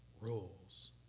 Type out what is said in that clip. rules